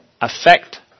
affect